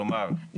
כלומר,